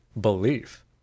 belief